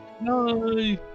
No